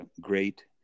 great